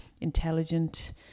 intelligent